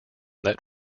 that